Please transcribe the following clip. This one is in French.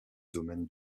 domaine